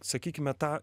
sakykime tą